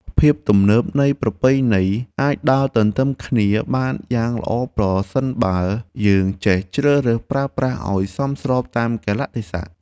ភាពទំនើបនិងប្រពៃណីអាចដើរទន្ទឹមគ្នាបានយ៉ាងល្អប្រសិនបើយើងចេះជ្រើសរើសប្រើប្រាស់ឱ្យសមស្របតាមកាលៈទេសៈ។